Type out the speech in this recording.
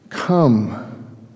Come